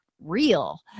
real